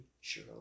Sure